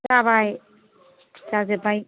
जाबाय जाजोब्बाय